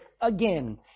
again